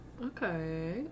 Okay